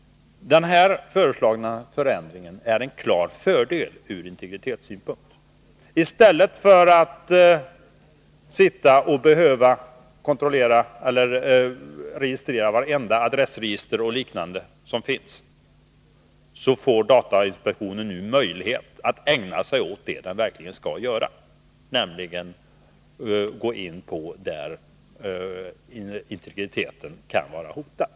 Den här föreslagna förändringen är en klar fördel ur integritetssynpunkt. I stället för att behöva sitta och registrera vartenda adressregister och liknande som finns, så får datainspektionen nu möjlighet att ägna sig åt det den verkligen skall göra, nämligen gå in där integriteten kan vara hotad.